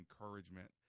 encouragement